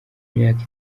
myaka